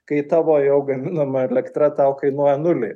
kai tavo jau gaminama elektra tau kainuoja nulį